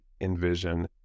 Envision